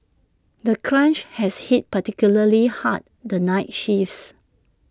the crunch has hit particularly hard the night shifts